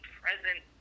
present